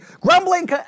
Grumbling